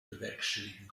bewerkstelligen